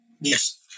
Yes